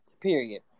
Period